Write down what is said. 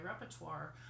repertoire